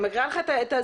אני מקריאה לך את זה,